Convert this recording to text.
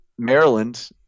maryland